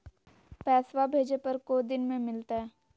पैसवा भेजे पर को दिन मे मिलतय?